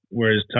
whereas